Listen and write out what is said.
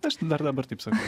aš tai dar dabar taip sakau